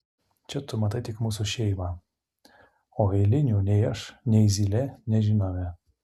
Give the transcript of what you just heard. čia tu matai tik mūsų šeimą o eilinių nei aš nei zylė nežinome